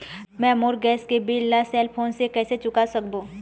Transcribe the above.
मैं मोर गैस के बिल ला सेल फोन से कइसे चुका सकबो?